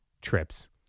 trips